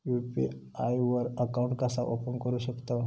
UPI वर account कसा open करू शकतव?